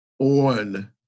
on